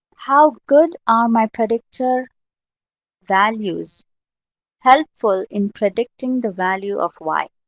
how good are my predictor values helpful in predicting the value of y.